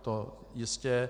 To jistě.